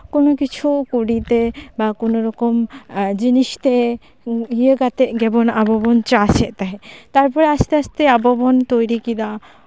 ᱠᱳᱱᱳ ᱠᱤᱪᱷᱩ ᱠᱩᱰᱤ ᱛᱮ ᱵᱟ ᱠᱳᱱᱳ ᱨᱚᱠᱚᱢ ᱡᱤᱱᱤᱥ ᱛᱮ ᱤᱭᱟᱹ ᱠᱟᱛᱮᱜ ᱜᱮᱵᱚᱱ ᱟᱵᱚ ᱵᱚᱱ ᱪᱟᱥ ᱮᱫ ᱛᱟᱦᱮᱱ ᱛᱟᱨᱯᱚᱨᱮ ᱟᱥᱛᱮ ᱟᱥᱛᱮ ᱟᱵᱚ ᱵᱚᱱ ᱛᱳᱭᱨᱤ ᱠᱮᱫᱟ